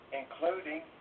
including